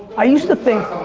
i used to think,